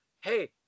Hey